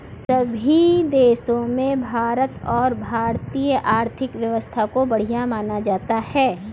सभी देशों में भारत और भारतीय आर्थिक व्यवस्था को बढ़िया माना जाता है